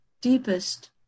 deepest